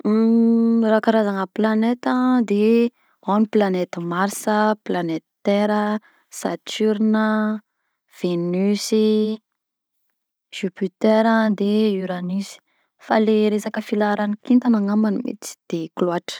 Raha karazana planeta, de ao ny planety marsa, planety terra, saturne a, venus, jupiter a, de uranus, fa le resaka filaharan'ny kintana ngamba tsy de haiko loatra.